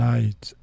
Night